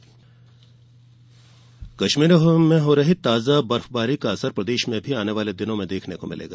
मौसम काश्मीर में हो रही ताजा बर्फबारी का असर प्रदेश में भी आने वाले दिनों में देखने को मिलेगा